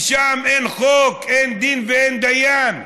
ושם אין חוק, אין דין ואין דיין.